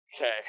Okay